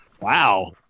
wow